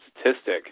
statistic